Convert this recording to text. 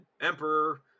Emperor